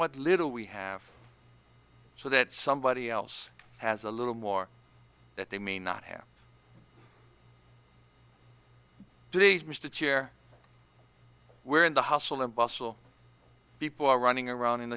what little we have so that somebody else has a little more that they may not have disease missed a chair where in the hustle and bustle people are running around in